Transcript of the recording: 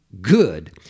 good